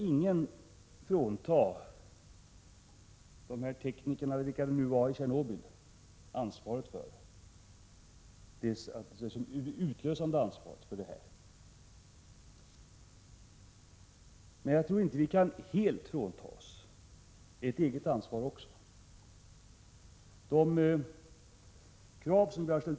Ingen skall frånta teknikerna i Tjernobyl, vilka de nu var, ansvaret för att olyckan utlöstes, men jag tror inte att vi kan helt frånta oss ett eget ansvar för den situation samerna försatts i.